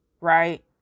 right